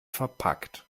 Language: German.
verpackt